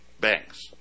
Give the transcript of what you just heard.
banks